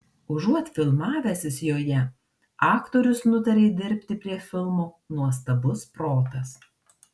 užuot filmavęsis joje aktorius nutarė dirbti prie filmo nuostabus protas